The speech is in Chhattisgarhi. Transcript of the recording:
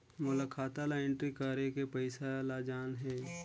मोला खाता ला एंट्री करेके पइसा ला जान हे?